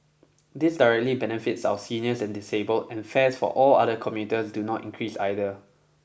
this directly benefits our seniors and disabled and fares for all other commuters do not increase either